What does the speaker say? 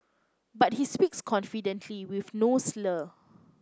but he speaks confidently with no slur